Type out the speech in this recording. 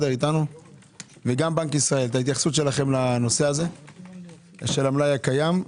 וגם בנק ישראל התייחסותכם לנושא המלאי הקיים.